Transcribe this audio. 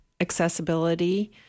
accessibility